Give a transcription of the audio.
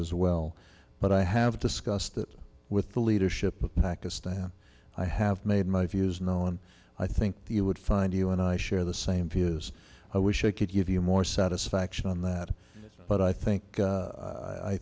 as well but i have discussed that with the leadership of pakistan i have made my views known i think you would find you and i share the same views i wish i could give you more satisfaction on that but i think